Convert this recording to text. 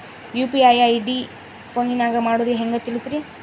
UPI ID ಫೋನಿನಾಗ ಮಾಡೋದು ಹೆಂಗ ತಿಳಿಸ್ರಿ?